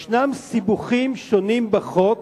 יש סיבוכים שונים בחוק